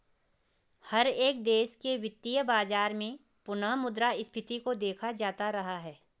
हर एक देश के वित्तीय बाजार में पुनः मुद्रा स्फीती को देखा जाता रहा है